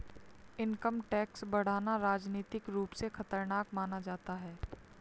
income tax बढ़ाना राजनीतिक रूप से खतरनाक माना जाता है